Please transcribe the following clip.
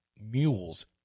mules